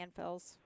landfills